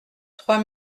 trois